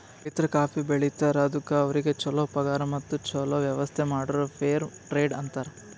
ರೈತರು ಕಾಫಿ ಬೆಳಿತಾರ್ ಅದುಕ್ ಅವ್ರಿಗ ಛಲೋ ಪಗಾರ್ ಮತ್ತ ಛಲೋ ವ್ಯವಸ್ಥ ಮಾಡುರ್ ಫೇರ್ ಟ್ರೇಡ್ ಅಂತಾರ್